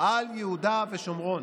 על יהודה ושומרון.